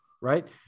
Right